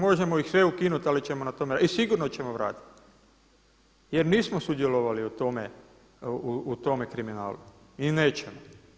Možemo ih sve ukinuti ali ćemo na tome i sigurno ćemo vratiti jer nismo sudjelovali u tome kriminalu i nećemo.